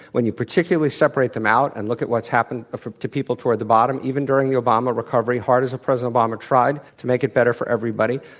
when you particularly separate them out and look at what's happened to people toward the bottom even during the obama recovery hard as president obama tried to make it better for everybody,